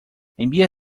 envía